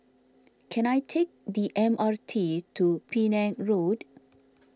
can I take the M R T to Penang Road